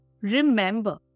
Remember